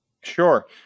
Sure